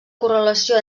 correlació